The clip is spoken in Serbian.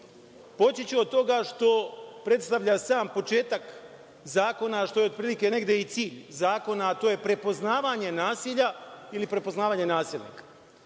ću od toga što predstavlja sam početak zakona, a što je otprilike negde i cilj zakona, a to je prepoznavanje nasilja ili prepoznavanje nasilnika.